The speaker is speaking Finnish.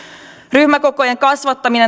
ryhmäkokojen kasvattaminen